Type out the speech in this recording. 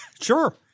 Sure